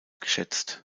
geschätzt